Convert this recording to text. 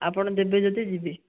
ଆପଣ ଦେବେ ଯଦି ଯିବି